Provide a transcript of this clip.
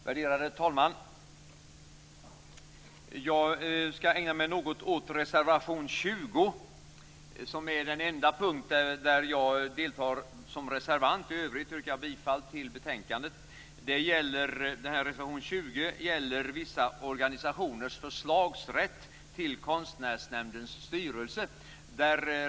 Värderade talman! Jag skall ägna mig något åt reservation nr 20, som är den enda punkt där jag deltar som reservant. I övrigt yrkar jag bifall till hemställan i betänkandet. Reservation nr 20 gäller vissa organisationers förslagsrätt till Konstnärsnämndens styrelse.